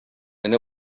and